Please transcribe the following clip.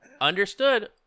understood